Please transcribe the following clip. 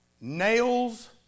Nails